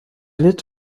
litt